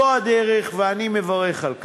זו הדרך, ואני מברך על כך.